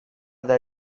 that